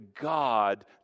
God